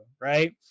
right